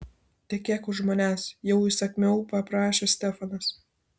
tekėk už manęs jau įsakmiau paprašė stefanas